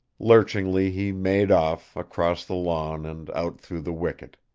lurchingly he made off, across the lawn and out through the wicket.